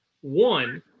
One